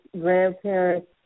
grandparents